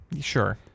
Sure